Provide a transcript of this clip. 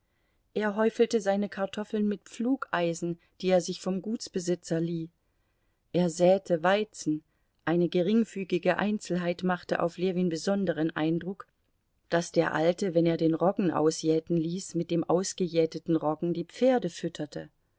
er häufelte seine kartoffeln mit pflugeisen die er sich vom gutsbesitzer lieh er säte weizen eine geringfügige einzelheit machte auf ljewin besonderen eindruck daß der alte wenn er den roggen ausjäten ließ mit dem ausgejäteten roggen die pferde fütterte